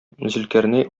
зөлкарнәй